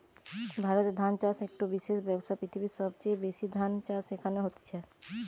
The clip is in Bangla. ভারতে ধান চাষ একটো বিশেষ ব্যবসা, পৃথিবীর সবচেয়ে বেশি ধান চাষ এখানে হতিছে